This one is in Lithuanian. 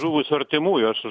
žuvusio artimųjų aš